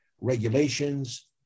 regulations